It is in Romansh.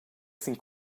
sin